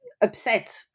upset